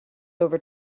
over